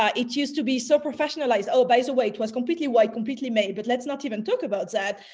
ah it used to be so professionalized. oh, by the way, it was completely white, completely male, but let's not even talk about that.